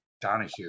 donahue